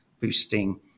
boosting